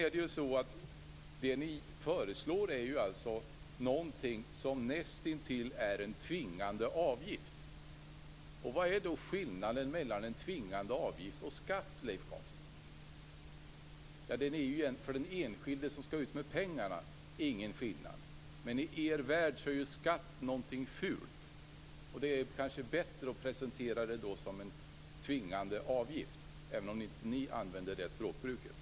Vad ni föreslår är någonting som näst intill är en tvingande avgift. Vad är då skillnaden mellan en tvingande avgift och skatt, Leif Carlson? Ja, för den enskilde som skall ut med pengarna är det ingen skillnad men i er värld är ju skatt någonting fult. Det är då kanske bättre att presentera det hela som en tvingande avgift, även om inte ni har det språkbruket.